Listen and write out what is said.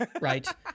right